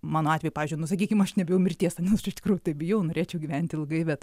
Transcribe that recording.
mano atveju pavyzdžiui nu sakykim aš nebijau mirties nors iš tikrųjų tai bijau norėčiau gyventi ilgai bet